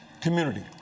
community